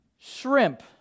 shrimp